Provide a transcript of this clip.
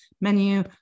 menu